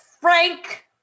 Frank